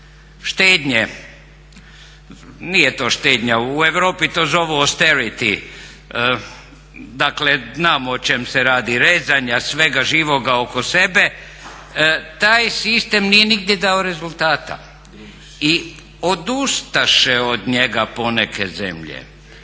štednje, nije to štednja, u Europi to zovu … dakle znam o čem se radi, rezanja svega živoga oko sebe, taj sistem nije nigdje dao rezultata i odustaše od njega poneke zemlje.